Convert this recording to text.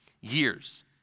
years